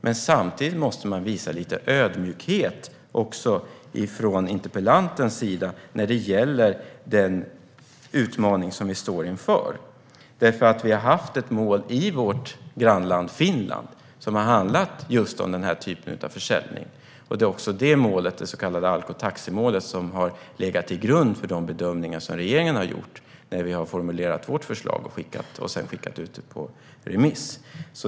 Men samtidigt måste man visa lite ödmjukhet också från interpellantens sida när det gäller den utmaning som vi står inför. Vi har nämligen haft ett mål i vårt grannland Finland som har handlat just om denna typ av försäljning. Det är också det målet, det så kallade Alkotaximålet, som har legat till grund för de bedömningar som vi i regeringen har gjort när vi har formulerat vårt förslag, som vi sedan skickat ut på remiss.